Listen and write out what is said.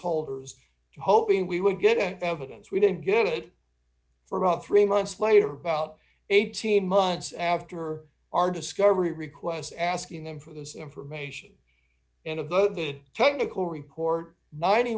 holders hoping we would get evidence we didn't get it for about three months later about eighteen months after our discovery requests asking them for this information and of the technical record ninety